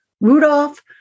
Rudolph